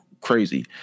crazy